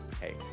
Hey